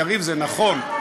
יריב, זה נכון.